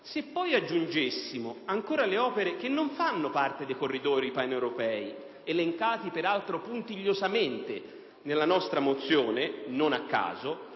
Se poi aggiungessimo ancora le opere che non fanno parte dei corridoi paneuropei, elencati peraltro puntigliosamente nella nostra mozione - non a caso